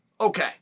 Okay